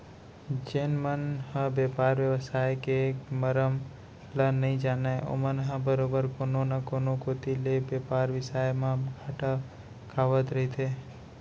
जेन मन ह बेपार बेवसाय के मरम ल नइ जानय ओमन ह बरोबर कोनो न कोनो कोती ले बेपार बेवसाय म घाटा खावत रहिथे